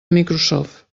microsoft